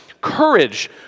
courage